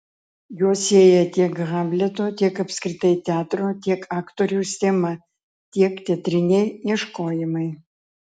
juos sieja tiek hamleto tiek apskritai teatro tiek aktoriaus tema tiek teatriniai ieškojimai